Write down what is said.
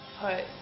put